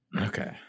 Okay